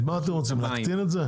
אז מה אתם רוצים להקטין את זה?